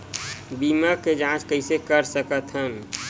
बीमा के जांच कइसे कर सकत हन?